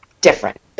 different